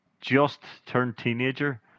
just-turned-teenager